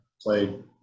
played